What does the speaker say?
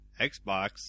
Xbox